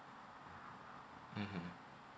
mmhmm